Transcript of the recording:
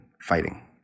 fighting